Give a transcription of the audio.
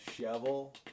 shovel